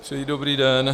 Přeji dobrý den.